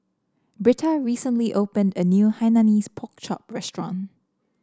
Britta recently opened a new Hainanese Pork Chop restaurant